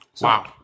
Wow